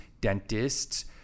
dentists